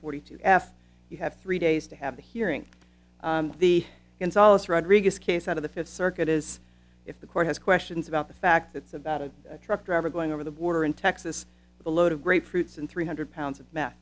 forty two f you have three days to have a hearing the in solace rodriguez case out of the fifth circuit is if the court has questions about the fact that it's about a truck driver going over the border in texas with a load of grapefruits and three hundred pounds of meth